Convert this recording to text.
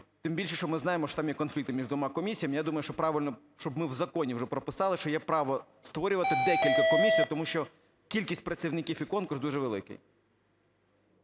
Тим більше, що ми знаємо, що там є конфлікти між двома комісіями, я думаю, що правильно, щоб ми в законі вже прописали, що є право створювати декілька комісій. Тому що кількість працівників і конкурс дуже великий.